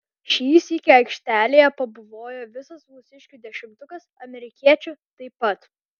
šį sykį aikštelėje pabuvojo visas mūsiškių dešimtukas amerikiečių taip pat